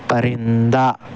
پرندہ